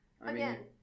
again